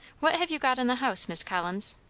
what have you got in the house, miss collins?